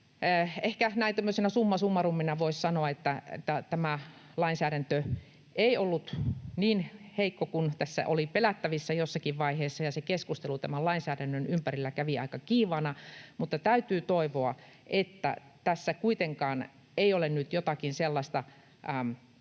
ehkä näin tämmöisenä summa summarumina voisi sanoa, että tämä lainsäädäntö ei ollut niin heikko kuin tässä oli pelättävissä jossakin vaiheessa. Se keskustelu tämän lainsäädännön ympärillä kävi aika kiivaana, mutta täytyy toivoa, että tässä kuitenkaan ei ole nyt jotakin sellaista